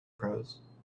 prose